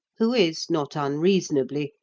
who is, not unreasonably,